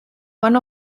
one